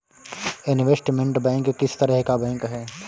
Investment bank किस तरह का बैंक है?